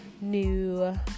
new